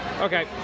Okay